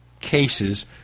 cases